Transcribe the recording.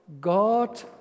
God